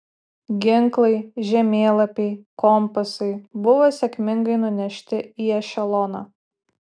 ginklai žemėlapiai kompasai buvo sėkmingai nunešti į ešeloną